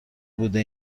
بوده